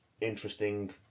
interesting